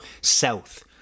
south